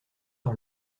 par